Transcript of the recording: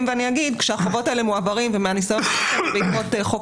כשהחובות הללו מועברים ומהניסיון שיש בעקבות חוק